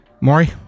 Maury